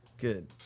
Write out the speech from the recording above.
Good